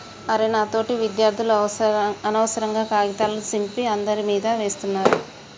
అరె నా తోటి విద్యార్థులు అనవసరంగా కాగితాల సింపి అందరి మీదా వేస్తున్నారు